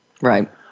Right